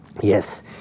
Yes